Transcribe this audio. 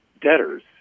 debtors